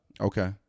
Okay